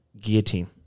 guillotine